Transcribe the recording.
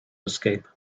escape